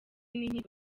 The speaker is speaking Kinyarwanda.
n’inkiko